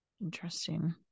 Interesting